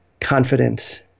confidence